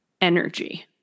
energy